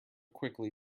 quickly